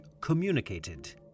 communicated